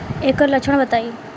ऐकर लक्षण बताई?